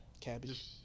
Cabbage